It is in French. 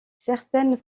certaines